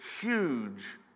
huge